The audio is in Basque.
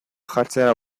jartzera